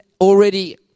already